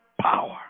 power